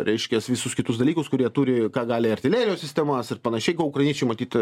reiškias visus kitus dalykus kurie turi ką gali artilerijos sistemas ir panašiai ko ukrainiečiai matyt